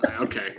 Okay